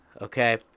okay